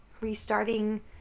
restarting